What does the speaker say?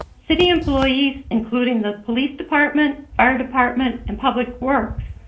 city employees, including the police department, fire department, and public works,